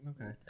Okay